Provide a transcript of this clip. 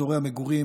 באזורי המגורים,